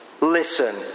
Listen